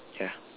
yeah